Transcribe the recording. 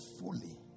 fully